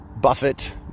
Buffett